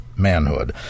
Manhood